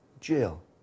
jail